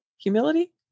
humility